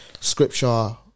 scripture